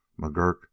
McGurk